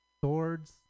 Swords